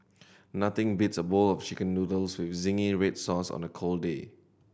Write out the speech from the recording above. nothing beats a bowl of Chicken Noodles with zingy red sauce on a cold day